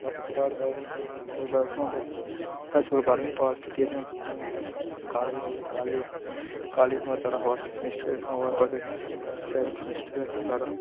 बप्प सराढ़ पढ़े ओह्दे बाद उत्थुआं बस हाई स्कूल बाह्रमीं पास कीती असें अस कालेज आई गे कालेज साढ़ा फसर्ट सेमेस्टर उत्थुआं बाद पढ़े सेकंड सेमेस्टर ऐ हून साढ़ा